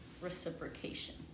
reciprocation